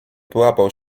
połapał